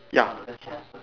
ya